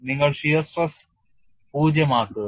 നിങ്ങൾ shear stress പൂജ്യമാക്കുക